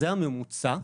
זה הממוצע.